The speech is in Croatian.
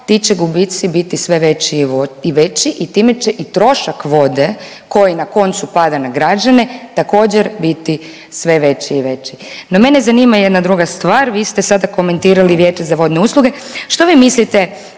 ti će gubici biti sve veći i veći i time će i trošak vode koji na koncu pada na građane, također, biti sve veći i veći. No, mene zanima jedna druga stvar. Vi ste sada komentirali Vijeće za vodne usluge. Što vi mislite